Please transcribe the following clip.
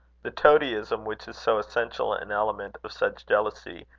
the toadyism which is so essential an element of such jealousy,